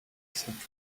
think